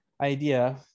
idea